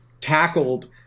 tackled